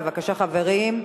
בבקשה, חברים,